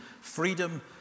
freedom